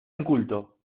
inculto